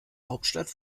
hauptstadt